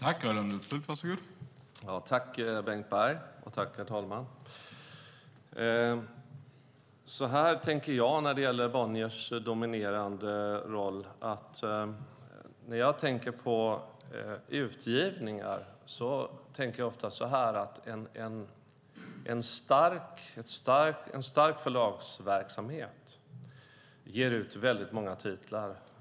Herr talman! Tack, Bengt Berg! Så här tänker jag när det gäller Bonniers dominerande roll. En stark förlagsverksamhet ger ut väldigt många titlar.